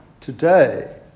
today